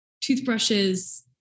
toothbrushes